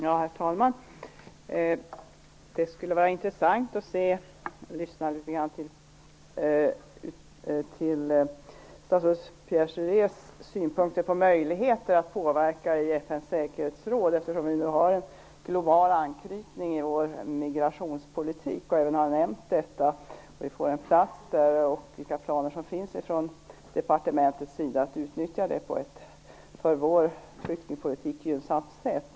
Herr talman! Det skulle vara intressant att höra statsrådet Pierre Schoris synpunkter på möjligheterna att påverka i FN:s säkerhetsråd, eftersom vi nu har en global anknytning i vår migrationspolitik. Vilka planer finns det på departementet för att utnyttja detta på ett för vår flyktingpolitik gynnsamt sätt?